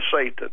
Satan